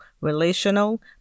relational